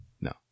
No